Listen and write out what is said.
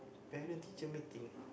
parent teacher meeting